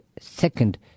second